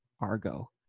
Argo